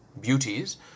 beauties